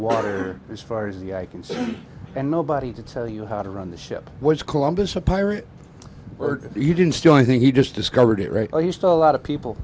water as far as the eye can see and nobody to tell you how to run the ship which columbus a pirate were you didn't steal anything he just discovered it right or you still a lot of people